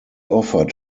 offered